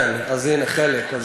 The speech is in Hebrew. כן, חלק.